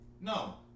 No